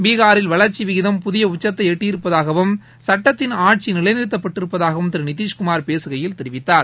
பீகாரில் வளர்ச்சி விகிதம் புதிய உச்சத்தை எட்டியிருப்பதாவும் சுட்டத்தின் ஆட்சி நிலைநிறுத்தப் பட்டிருப்பதாகவும் திரு நிதிஷ்குமார் பேசுகையில் தெரிவித்தார்